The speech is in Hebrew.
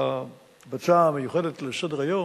בהצעה המיוחדת לסדר-היום,